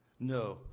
No